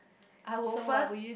I would first